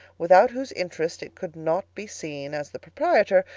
without whose interest it could not be seen, as the proprietor,